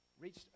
reached